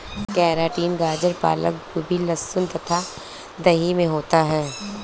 keratin गाजर पालक गोभी लहसुन तथा दही में होता है